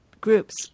Groups